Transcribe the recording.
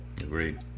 Agreed